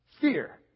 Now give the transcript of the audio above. Fear